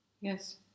yes